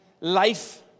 life